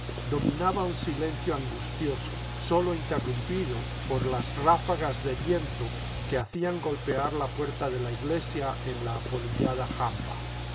dominaba un silencio angustioso sólo interrumpido por las ráfagas de viento que hacían golpear la puerta de la iglesia en la apoli liada jamba